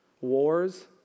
wars